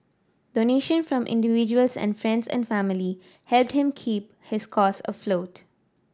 donation from individuals and friends and family helped keep his cause afloat